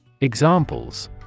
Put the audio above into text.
Examples